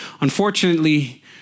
Unfortunately